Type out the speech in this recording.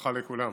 בהצלחה לכולם.